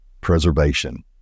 preservation